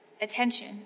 attention